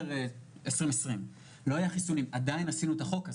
בנובמבר 2020, עדיין עשינו את החוק הזה.